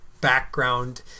background